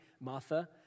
Martha